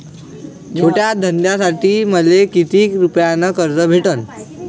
छोट्या धंद्यासाठी मले कितीक रुपयानं कर्ज भेटन?